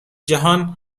جهان